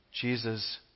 Jesus